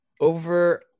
over